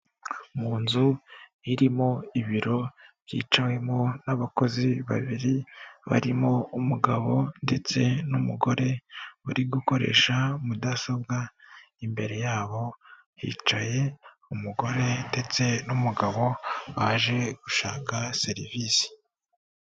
Mu nzu irimo ibiro byicawemo n'abakozi babiri barimo umugabo ndetse n'umugore uri gukoresha mudasobwa, imbere yabo hicaye umugore ndetse n'umugabo baje gushaka serivisi.